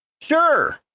Sure